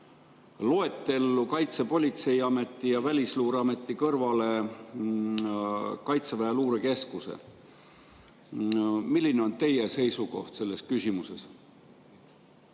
loetellu Kaitsepolitseiameti ja Välisluureameti kõrvale Kaitseväe luurekeskus. Milline on teie seisukoht selles küsimuses?